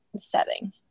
setting